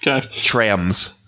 Trams